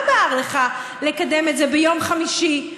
מה בער לך לקדם את זה ביום חמישי?